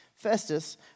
Festus